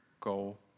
goal